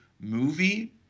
movie